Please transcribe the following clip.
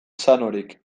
sanorik